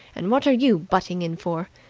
and what are you butting in for?